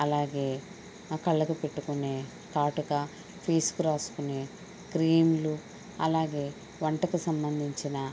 అలాగే కళ్ళకు పెట్టుకునే కాటుక ఫేస్కు రాసుకునే క్రీంలు అలాగే వంటకు సంబంధించిన